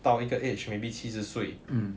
到一个 age maybe 七十岁